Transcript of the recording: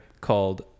called